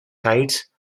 tides